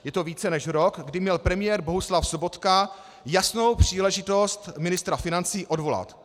Je to více než rok, kdy měl premiér Bohuslav Sobotka jasnou příležitost ministra financí odvolat.